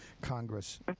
Congress